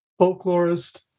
folklorist